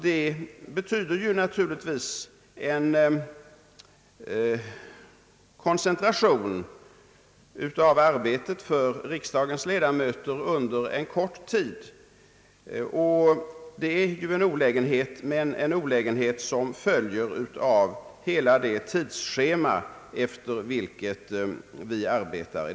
Det betyder naturligtvis en koncentration av arbetet under en kort tid för riksdagens ledamöter. Det är en olägenhet som följer av det tidsschema efter vilket vi arbetar.